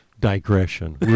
Digression